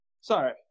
Sorry